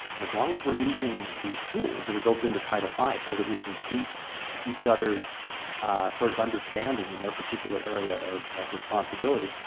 and as long as we're using these tools that are built into title five so that we can seek each other's sort of understanding in their particular area of of responsibility,